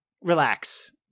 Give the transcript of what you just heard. relax